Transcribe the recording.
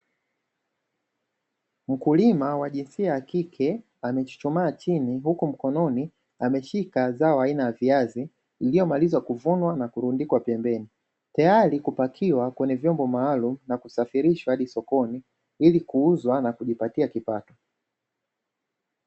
Mkulima wa jinsia ya kike amechuchuma chini huku mkononi ameshika zao aina ya viazi, iliyomalizwa kuvunwa na kurundikwa pembeni tayari kupakiwa kwenye vyombo maalum na kusafirishwa hadi sokoni ili kuuzwa na kujipatia kipato.